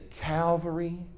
Calvary